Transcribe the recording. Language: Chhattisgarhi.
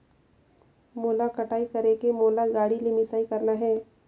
मोला कटाई करेके मोला गाड़ी ले मिसाई करना हे?